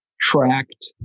tracked